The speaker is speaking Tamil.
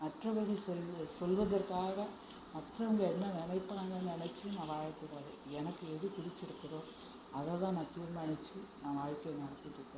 மற்றவர்கள் சொல்வ சொல்வதற்காக மற்றவங்க என்ன நினைப்பாங்கன்னு நினைச்சு நான் வாழக்கூடாது எனக்கு எது பிடிச்சிருக்குதோ அதைதான் நான் தீர்மானித்து நான் வாழ்க்கையை நடத்திகிட்ருக்கேன்